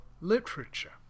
Literature